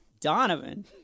Donovan